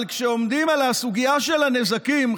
אבל כשעומדים על הסוגיה של הנזקים,